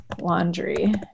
laundry